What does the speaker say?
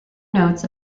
notes